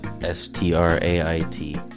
S-T-R-A-I-T